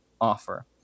offer